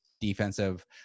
defensive